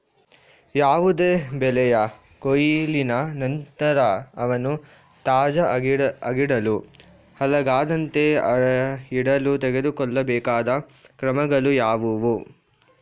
ಯಾವುದೇ ಬೆಳೆಯ ಕೊಯ್ಲಿನ ನಂತರ ಅವನ್ನು ತಾಜಾ ಆಗಿಡಲು, ಹಾಳಾಗದಂತೆ ಇಡಲು ತೆಗೆದುಕೊಳ್ಳಬೇಕಾದ ಕ್ರಮಗಳು ಯಾವುವು?